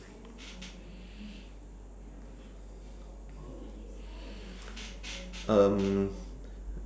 um